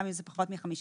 גם אם זה פחות מ-50,000,